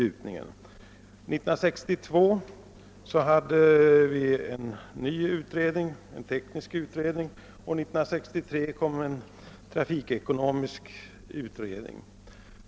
år 1962 fick vi en ny, teknisk utredning och 1963 en trafikekonomisk utredning.